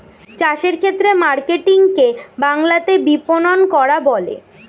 চাষের ক্ষেত্রে মার্কেটিং কে বাংলাতে বিপণন করা বলে